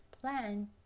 plan